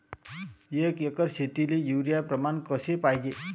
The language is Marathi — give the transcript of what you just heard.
एक एकर शेतीले युरिया प्रमान कसे पाहिजे?